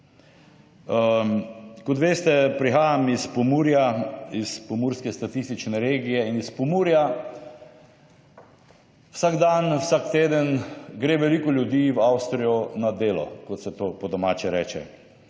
Kot veste, prihajam iz Pomurja, iz pomurske statistične regije in iz Pomurja. Vsak dan, vsak teden gre veliko ljudi v Avstrijo na delo, kot se to po domače reče.